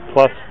Plus